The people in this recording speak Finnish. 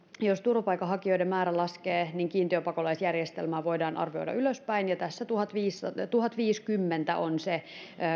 jos turvapaikanhakijoiden määrä laskee niin kiintiöpakolaisjärjestelmää voidaan arvioida ylöspäin ja tässä tuhatviisikymmentä on se